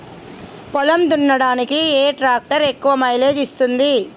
పొలం దున్నడానికి ఏ ట్రాక్టర్ ఎక్కువ మైలేజ్ ఇస్తుంది?